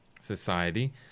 society